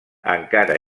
encara